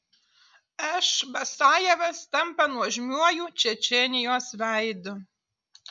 š basajevas tampa nuožmiuoju čečėnijos veidu